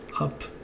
up